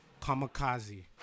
Kamikaze